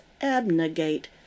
abnegate